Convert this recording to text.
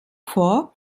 vor